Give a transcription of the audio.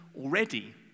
already